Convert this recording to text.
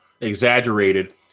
exaggerated